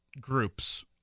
groups